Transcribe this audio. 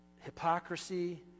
hypocrisy